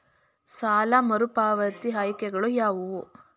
ಸಾಲ ಮರುಪಾವತಿ ಆಯ್ಕೆಗಳು ಯಾವುವು?